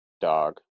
dog